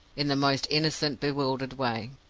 in the most innocent, bewildered way.